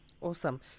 Awesome